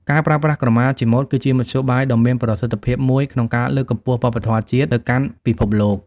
ការប្រើប្រាស់ក្រមាជាម៉ូដ គឺជាមធ្យោបាយដ៏មានប្រសិទ្ធភាពមួយក្នុងការ លើកកម្ពស់វប្បធម៌ជាតិ ទៅកាន់ពិភពលោក។